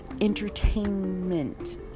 entertainment